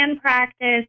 practice